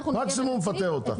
מקסימום לפטר אותך.